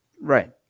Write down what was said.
Right